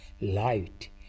light